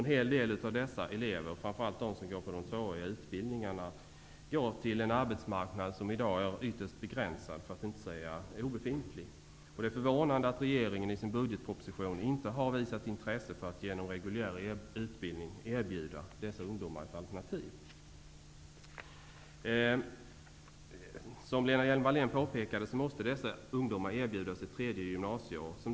En hel del av dessa elever, framför allt de som går på de tvååriga utbildningarna, går ut till en arbetsmarknad som i dag är ytterst begränsad, för att inte säga obefintlig. Det är förvånande att regeringen i budgetpropositionen inte har visat intresse för att med hjälp av reguljär utbildning erbjuda dessa ungdomar ett alternativ. Precis som Lena Hjelm-Wallén påpekade, måste dessa ungdomar erbjudas ett tredje gymnasieår.